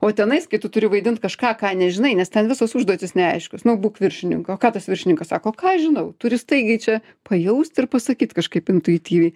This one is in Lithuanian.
o tenais kai tu turi vaidint kažką ką nežinai nes ten visos užduotys neaiškios nu būk viršininku o ką tas viršininkas sako o ką aš žinau turi staigiai čia pajausti ir pasakyt kažkaip intuityviai